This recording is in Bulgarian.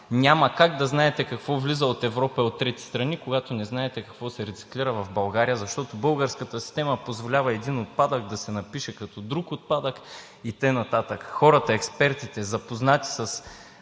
Няма как да знаете какво влиза от Европа и от трети страни, когато не знаете какво се рециклира в България, защото българската система позволява един отпадък да се напише като друг отпадък и тъй нататък. Хората и експертите, запознати с